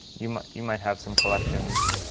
you might you might have some collections